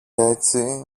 έτσι